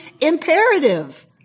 imperative